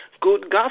good